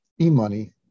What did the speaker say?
eMoney